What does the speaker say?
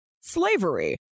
slavery